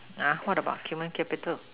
what about human capital